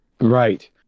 Right